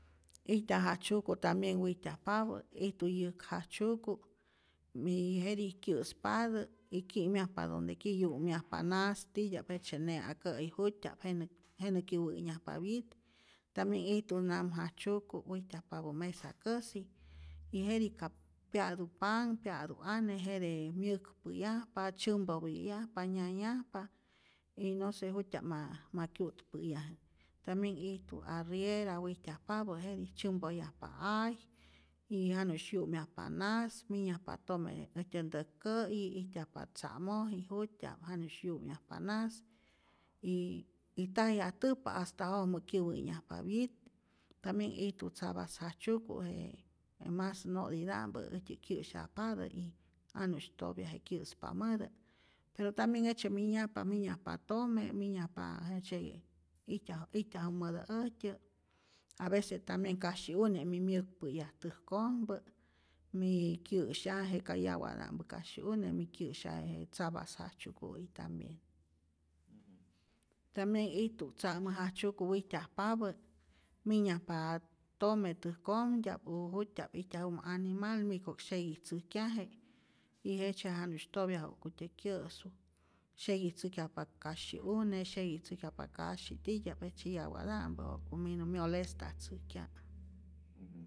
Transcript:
Ijtyaj jajtzyuku tambien wijtyajpapä, ijtu yäk jajtzyuku y jetij kyä'spatä y ki'myajpa donde quie, yu'myajpa najs titya'p jejtzye ne'akä'yi ju'tya'p, jenä jenä kyäwä'nyajpa wyit, tambien ijtu nam jajtzyuku' wijtyajpapä mesakäsi y jetij ka pya'tu panh, pya'tu ane, jete myäkpä'yajpa, tzyämpopyä'yajpa, nyayajpa y no se jut'tya'p ma ma kyu'tpä'yaje, tambien ijtu arriera wijtyajpapä jetij tzyämpoyajpa ay y janusy 'yumyajpa nas, minyajpa tome äjtyä ntäk'kä'yi, ijtyajpa tza'moji jut'tya'p, janu'sy 'yumyajpa nas, y tajyajtäjpa hasta jojmä kyäwä'nyajpa wyit, tambien ijtu tzapas jajtzyuku je je mas no'tita'mpä äjtyä kyä'syajpatä y janu'sy topya je kyä'spamätä, pero tambien jejtzye minyajpa, minyajpa tome', minyajpa jejtzye ijtyaj ijtyajumätä äjtyä', avece tambien kasyi'une' mi myäkpä'yaj täjkojmpä, mi kyä'syaje ka yawata'mpä kasyi'une' mikyä'syaje je tzapas jajtzyuku'i tambien, tambien ijtu tza'mä jajtzyuku wijtyuajpapä, minyajpa tome täjkojmtya'p u jut'tya'p ijtyajumä animal mi ko'k syeguitzäjkyaje y jejtzye janu'sy topya ja'kutyä kyä'su, syeguitzäjkyakpa kasyi'une', syeguitzäjkyajpa kasyi titya'p, jejtzye yawata'mpä ja'ku minu myolestatzäjkya'